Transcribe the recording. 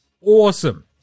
awesome